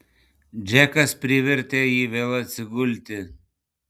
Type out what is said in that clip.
džekas privertė jį vėl atsigulti